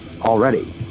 already